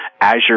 Azure